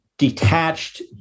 detached